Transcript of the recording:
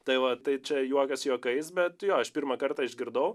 tai vat tai čia juokas juokais bet aš pirmą kartą išgirdau